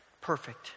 perfect